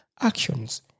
actions